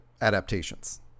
adaptations